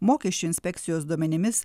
mokesčių inspekcijos duomenimis